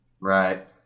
Right